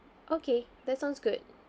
okay that sounds good